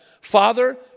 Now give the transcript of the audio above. Father